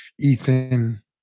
ethan